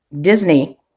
Disney